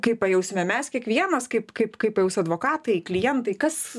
kaip pajausime mes kiekvienas kaip kaip kaip jūs advokatai klientai kas